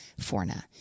Forna